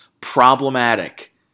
Problematic